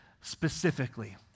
specifically